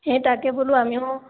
সেই তাকে বোলো আমিও